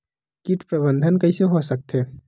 कीट प्रबंधन कइसे हो सकथे?